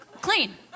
clean